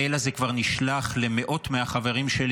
המייל הזה כבר נשלח למאות מהחברים שלי